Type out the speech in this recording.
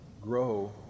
Grow